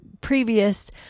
previous